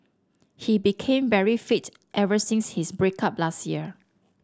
he became very fit ever since his break up last year